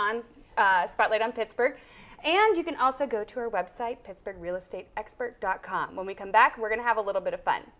on spotlight on pittsburgh and you can also go to our website pittsburgh real estate expert dot com when we come back we're going to have a little bit of fun